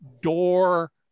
door